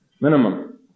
minimum